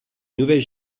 nouvelle